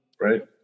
Right